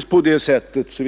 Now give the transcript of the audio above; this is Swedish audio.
Såvitt